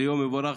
זה יום מבורך,